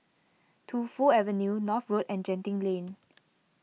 Tu Fu Avenue North Road and Genting Lane